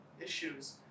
issues